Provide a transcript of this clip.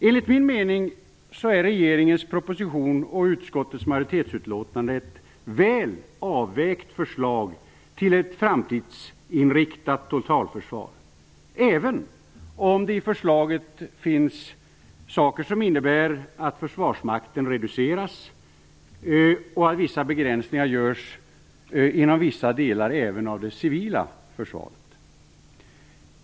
Enligt min mening är regeringens proposition och utskottets majoritetsutlåtande ett väl avvägt förslag till ett framtidsinriktat totalförsvar, även om det i förslaget finns saker som innebär att försvarsmakten reduceras och att vissa begränsningar görs även inom vissa delar av det civila försvaret.